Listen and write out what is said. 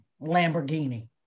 Lamborghini